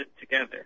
together